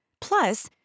Plus